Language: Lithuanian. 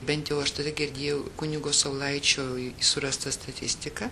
bent jau aš tada girdėjau kunigo saulaičio surastą statistiką